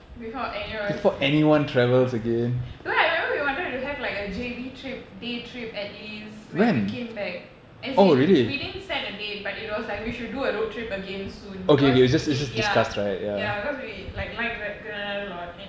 before any of us ya but I remember we wanted to have like a J_B trip day trip at least when we came back as in we didn't set a date but it was like we should do a road trip again soon because we ya ya cause we like like gra~ granada a lot